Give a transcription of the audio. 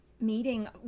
meeting